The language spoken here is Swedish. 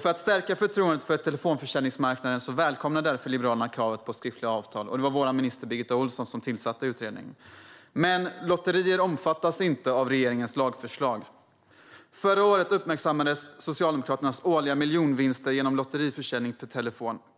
För att stärka förtroendet för telefonförsäljningsmarknaden välkomnar Liberalerna kravet på skriftliga avtal; det var vår minister Birgitta Ohlsson som tillsatte utredningen. Men lotterier omfattas inte av regeringens lagförslag. Förra året uppmärksammades Socialdemokraternas årliga miljonvinster genom lotteriförsäljning per telefon.